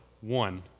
one